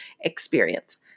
experience